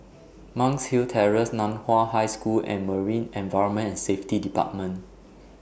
Monk's Hill Terrace NAN Hua High School and Marine Environment and Safety department